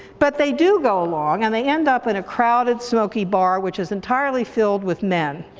but they do go along and they end up in a crowded, smokey bar, which is entirely filled with men.